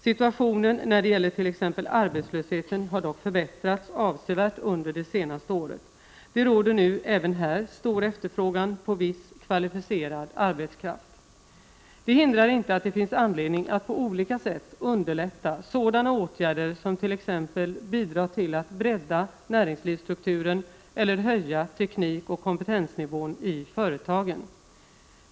Situationen när det gäller t.ex. arbetslösheten har dock förbättrats avsevärt under det senaste året. Det råder nu även här stor efterfrågan på viss kvalificerad arbetskraft. Det hindrar inte att det finns anledning att på olika sätt underlätta sådana åtgärder som t.ex. bidrar till att bredda näringslivsstrukturen eller höja teknikoch kompetensnivån i företagen.